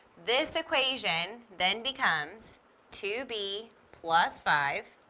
this equation then becomes two b plus five,